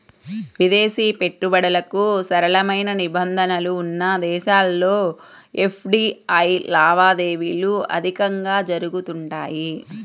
విదేశీ పెట్టుబడులకు సరళమైన నిబంధనలు ఉన్న దేశాల్లో ఎఫ్డీఐ లావాదేవీలు అధికంగా జరుగుతుంటాయి